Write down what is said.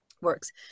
works